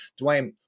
Dwayne